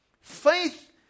Faith